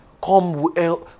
Come